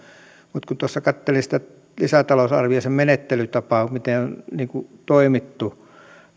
mutta kun tuossa katselin sitä lisätalousarviota ja sitä menettelytapaa miten on toimittu